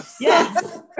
yes